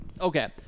Okay